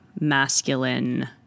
masculine